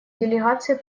делегации